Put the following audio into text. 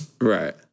Right